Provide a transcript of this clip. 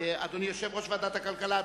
אדוני יושב-ראש ועדת הכלכלה,